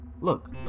Look